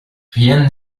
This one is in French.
rien